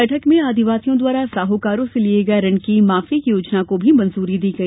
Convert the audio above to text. बैठक में आदिवासियों द्वारा साहकारों से लिये ऋण की माफी की योजना को भी मंजूरी दी गई